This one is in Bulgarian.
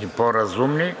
и по-разумни.